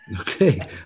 okay